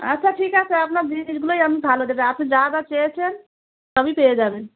আচ্ছা ঠিক আছে আপনার জিনিসগুলোই আমি ভালো দেব আপনি যা যা চেয়েছেন সবই পেয়ে যাবেন